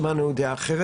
שמענו דעה אחרת.